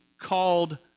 called